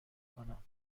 کنم